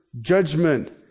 judgment